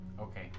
Okay